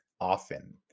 often